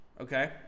okay